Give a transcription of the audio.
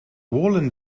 wallin